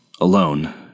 alone